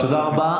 תודה רבה.